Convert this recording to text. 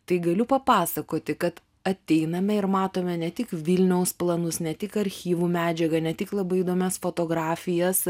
tai galiu papasakoti kad ateiname ir matome ne tik vilniaus planus ne tik archyvų medžiagą ne tik labai įdomias fotografijas